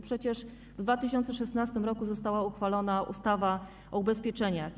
Przecież w 2016 r. została uchwalona ustawa o ubezpieczeniach.